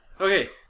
Okay